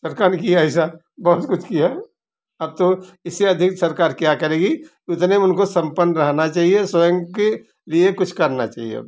सरकार ने किया ऐसा बहुत कुछ किया अब तो इससे अधिक सरकार क्या करेगी उतने में उनको संपन्न रहना चाहिए स्वयं के लिए कुछ करना चाहिए अब